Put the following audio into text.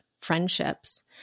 friendships